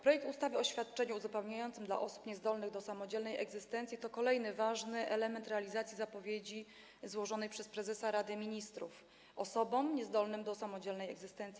Projekt ustawy o świadczeniu uzupełniającym dla osób niezdolnych do samodzielnej egzystencji to kolejny ważny element realizacji zapowiedzi, obietnicy złożonej przez prezesa Rady Ministrów osobom niezdolnym do samodzielnej egzystencji.